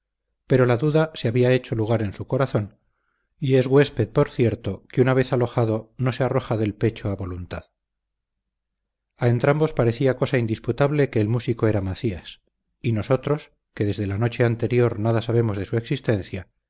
pero la duda se había hecho lugar en su corazón y es huésped por cierto que una vez alojado no se arroja del pecho a voluntad a entrambos parecía cosa indisputable que el músico era macías y nosotros que desde la noche anterior nada sabemos de su existencia